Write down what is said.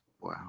Wow